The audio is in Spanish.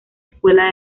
escuela